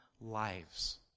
lives